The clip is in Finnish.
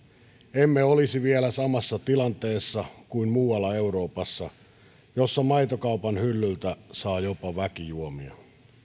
emme olisi vielä samassa tilanteessa kuin muualla euroopassa jossa maitokaupan hyllyltä saa jopa väkijuomia